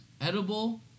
edible